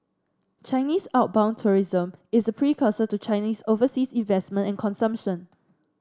Chinese outbound tourism is precursor to Chinese overseas investment and consumption